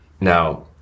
Now